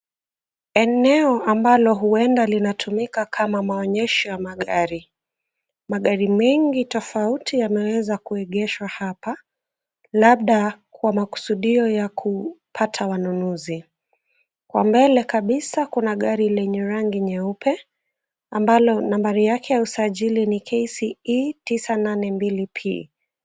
Eneo ambalo huenda linatumika kama maonyesho ya magari. Magari mengi tofauti yameweza kuegeshwa hapa labda kwa makusudio ya kupata wanunuzi. Kwa mbele kabisa kuna gari lenye rangi nyeupe ambalo nambari yake la usajili ni, KCE tisa nane mbili P.